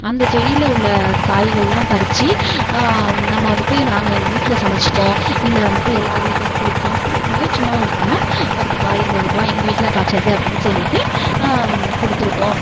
அந்த செடியில் உள்ள காய்கள்லாம் பறித்து நம்ம வந்துட்டு நாங்கள் எங்கள் வீட்டில சமச்சிப்போம் இல்லை வந்துட்டு எல்லார் வீட்டுக்கு கொடுப்போம் கொடுக்கும்மோது சும்மா கொடுக்காம பத்துருபாய் இருபதுருபாய் எங்கள் வீட்டில காய்ச்சது அப்படின்னு சொல்லிட்டு கொடுத்துருப்போம்